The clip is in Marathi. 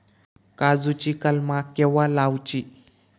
काजुची कलमा केव्हा लावची?